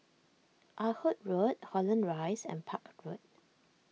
Ah Hood Road Holland Rise and Park Road